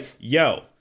yo